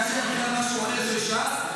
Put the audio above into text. שהיה שייך למשהו אחר של ש"ס,